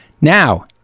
Now